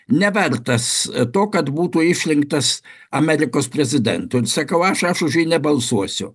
nevertas to kad būtų išrinktas amerikos prezidentu sakau aš aš už nebalsuosiu